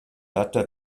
data